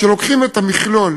כשלוקחים את המכלול